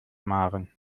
maren